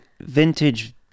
vintage